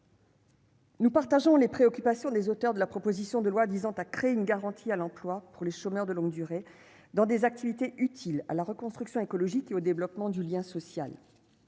Nous partageons les préoccupations des auteurs de la proposition de loi disant a créé une garantie à l'emploi pour les chômeurs de longue durée dans des activités utiles à la reconstruction écologique et au développement du lien social,